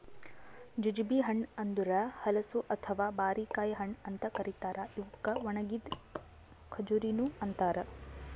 jujube ಹಣ್ಣ ಅಂದುರ್ ಹಲಸು ಅಥವಾ ಬಾರಿಕಾಯಿ ಹಣ್ಣ ಅಂತ್ ಕರಿತಾರ್ ಇವುಕ್ ಒಣಗಿದ್ ಖಜುರಿನು ಅಂತಾರ